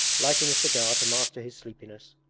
lighting a cigar to master his sleepiness.